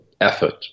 effort